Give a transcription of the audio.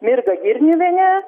mirga girniuvienė